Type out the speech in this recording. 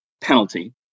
penalty